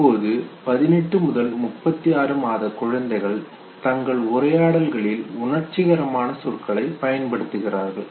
இப்போது 18 முதல் 36 மாதக் குழந்தைகள் தங்கள் உரையாடல்களில் உணர்ச்சிகரமான சொற்களை பயன்படுத்துகிறார்கள்